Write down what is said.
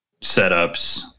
setups